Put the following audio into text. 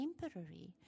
temporary